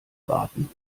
warten